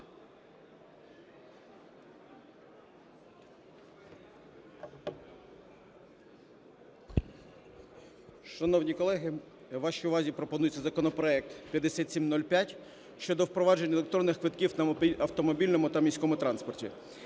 Шановні колеги, вашій увазі пропонується законопроект 5705 щодо впровадження електронних квитків на автомобільному та міському транспорті.